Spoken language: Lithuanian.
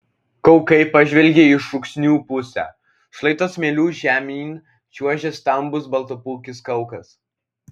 kaukai pažvelgė į šūksnių pusę šlaito smėliu žemyn čiuožė stambus baltapūkis kaukas